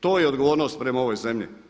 To je odgovornost prema ovoj zemlji.